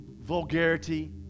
vulgarity